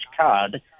card